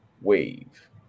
wave